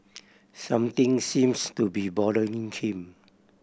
something seems to be bothering him